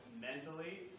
Mentally